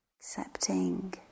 accepting